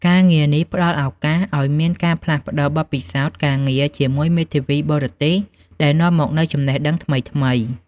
ការងារនេះផ្តល់ឱកាសឱ្យមានការផ្លាស់ប្តូរបទពិសោធន៍ការងារជាមួយមេធាវីបរទេស ដែលនាំមកនូវចំណេះដឹងថ្មីៗ។